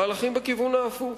מהלכים בכיוון ההפוך.